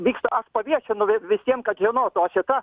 vyksta aš paviešinu visiem kad žinotų o šita